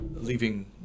leaving